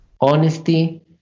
Honesty